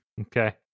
okay